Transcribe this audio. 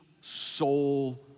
soul